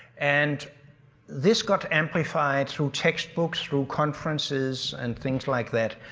and this got amplified through textbooks, through conferences and things like that.